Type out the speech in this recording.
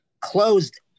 closed